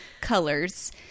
colors